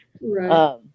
Right